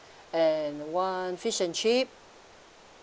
and one fish and chip